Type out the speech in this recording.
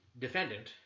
defendant